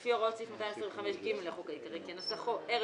לפי הוראות סעיף 225(ג) לחוק העיקרי כנוסחו ערב